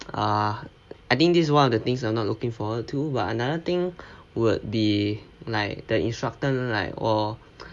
ah I think this one of the things I'm not looking forward to but another thing would be like the instructor like 我